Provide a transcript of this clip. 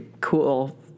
cool